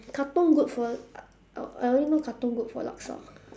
katong good for I I I only know katong good for laksa